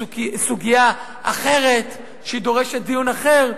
סוגיה אחרת שדורשת דיון אחר,